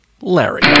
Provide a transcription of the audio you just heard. Larry